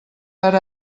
per